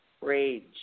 rage